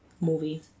Movie